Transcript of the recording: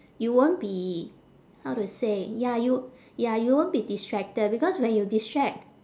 you won't be how to say ya you ya you won't be distracted because when you distract